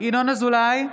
ינון אזולאי,